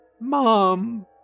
Mom